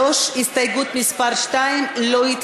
הסתייגות מס' 2 לסעיף 3 לא התקבלה.